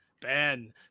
Ben